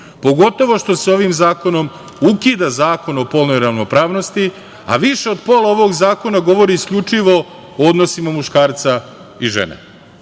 pogotovo što se ovim zakonom ukida Zakon o polnoj ravnopravnosti, a više od pola ovog zakona govori isključivo o odnosima muškarca i žene.